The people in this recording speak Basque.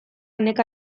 neka